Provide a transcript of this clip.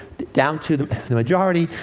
down to the the majority,